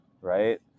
right